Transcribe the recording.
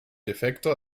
defekter